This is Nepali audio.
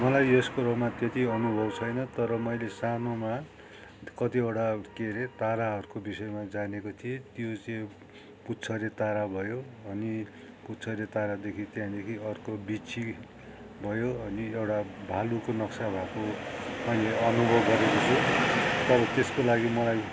मलाई यस कुरोमा त्यति अनुभव छैन तर मैले सानोमा कतिवटा के अरे ताराहरूको विषयमा जानेको थिएँ त्यो पुच्छरे तारा भयो अनि पुच्छरे तारादेखि त्यहाँदेखि अर्को बिच्छी भयो अनि एउटा भालुको नक्सा भएको मैले अनुभव गरेको छु त्यसको लागि मलाई